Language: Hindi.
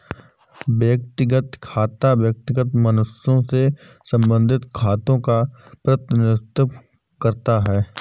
व्यक्तिगत खाता व्यक्तिगत मनुष्यों से संबंधित खातों का प्रतिनिधित्व करता है